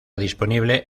disponible